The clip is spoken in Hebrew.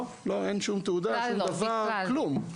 לא, אין שום תעודה, אין שום דבר, כלום.